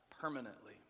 permanently